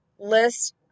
list